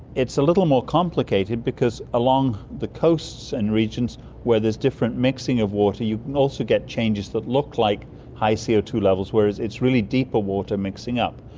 it's a little more complicated because along the coasts and regions where there's different mixing of water you can also get changes that look like high co so two levels whereas it's really deeper water mixing up.